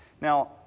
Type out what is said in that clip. Now